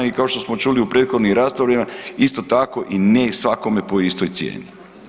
I kao što smo čuli u prethodnim raspravama isto tako i ne svakome po istoj cijeni.